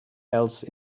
else